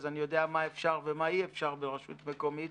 אז אני יודע מה אפשר ומה אי-אפשר ברשות מקומית